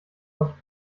because